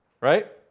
right